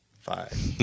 Five